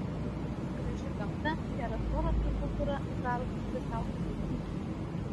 graži gamta geras oras ir kultūra į zarasus pritraukė daug lankytojų